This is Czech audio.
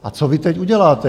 A co vy teď uděláte?